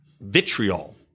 vitriol